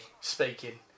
speaking